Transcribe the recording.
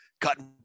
cutting